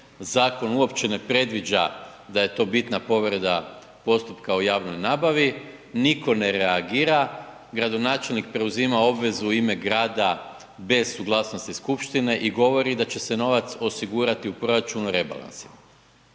zakon uopće ne predviđa da je to bitna povreda postupka o javnoj nabavi, nitko ne reagira, gradonačelnik preuzima obvezu u ime grada bez suglasnosti skupštine i govori da će se novac osigurati u proračunu rebalansima.